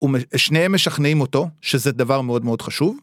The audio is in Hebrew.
שניהם משכנעים אותו שזה דבר מאוד מאוד חשוב.